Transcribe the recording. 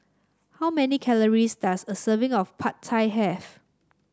how many calories does a serving of Pad Thai have